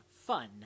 fun